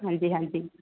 ਹਾਂਜੀ ਹਾਂਜੀ